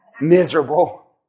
Miserable